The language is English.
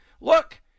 look